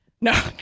No